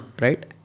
Right